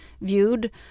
viewed